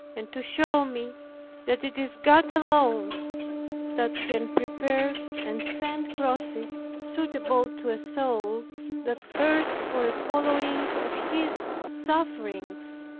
and to show me that it is god alone that can prepare and send crosses suitable to a soul that thirsts for a following of his sufferings,